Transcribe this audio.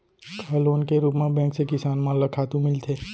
का लोन के रूप मा बैंक से किसान मन ला खातू मिलथे?